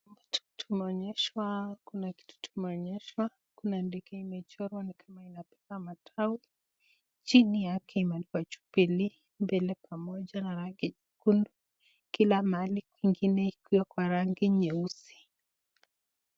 Tumeonyeshwa, kuna kitu tumeonyeshwa. Kuna ndege imechorwa ni kama inabeba matawi. Chini yake imeandikwa Jubilee, mbele pamoja na rangi nyekundu. Kila mahali kwingine ikiwa kwa rangi nyeusi.